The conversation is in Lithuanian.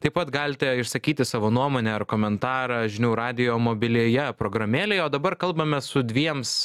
taip pat galite išsakyti savo nuomonę ar komentarą žinių radijo mobilioje programėlėje o dabar kalbame su dviems